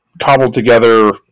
cobbled-together